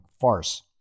farce